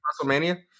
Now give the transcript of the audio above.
WrestleMania